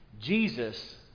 Jesus